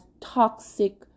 toxic